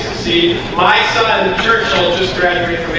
see my son churchill just graduated